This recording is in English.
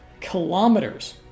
kilometers